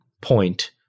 point